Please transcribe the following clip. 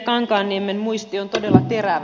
kankaanniemen muisti on todella terävä